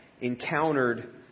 encountered